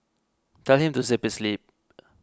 tell him to zip his lip